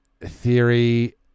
Theory